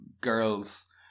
girls